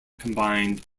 combined